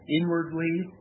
Inwardly